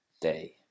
day